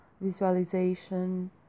visualization